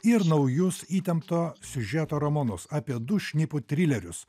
ir naujus įtempto siužeto romanus apie du šnipų trilerius